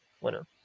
winner